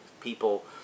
People